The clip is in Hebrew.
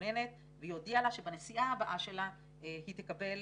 מתלוננת והיא הודיעה לה שבנסיעה הבאה שלה היא תקבל